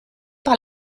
par